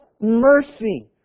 mercy